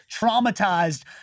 traumatized